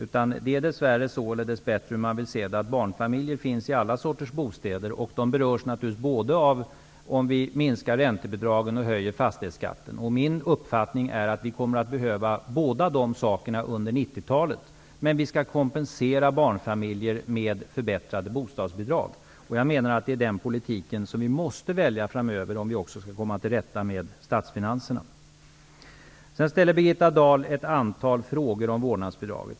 Det är dess värre eller dess bättre, hur man nu vill se det, så att barnfamiljer finns i alla sorters bostäder. De berörs naturligtvis både om vi minskar räntebidragen och om vi höjer fastighetsskatten. Min uppfattning är att vi kommer att behöva göra båda dessa saker under 90-talet. Men vi skall kompensera barnfamiljerna med förbättrade bostadsbidrag. Det är den politiken som vi måste välja framöver om vi skall komma till rätta med statsfinanserna. Sedan ställer Birgitta Dahl ett antal frågor om vårdnadsbidraget.